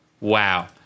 Wow